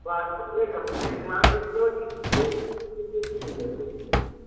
form एक हफ़्ते मान लीजिए दो दिन दो दिन से तीन दिन में मिल जाएगी दो तीन दिन में